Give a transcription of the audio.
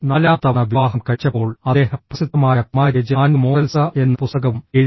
നാലാം തവണ വിവാഹം കഴിച്ചപ്പോൾ അദ്ദേഹം പ്രസിദ്ധമായ മാര്യേജ് ആൻഡ് മോറൽസ് എന്ന പുസ്തകവും എഴുതി